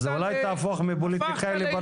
אז אולי תהפוך מפוליטיקאי לפרשן.